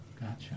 Gotcha